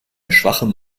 schwachem